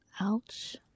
Ouch